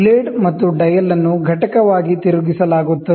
blade ಮತ್ತು dial ಅನ್ನು ಘಟಕವಾಗಿ ತಿರುಗಿಸಲಾಗುತ್ತದೆ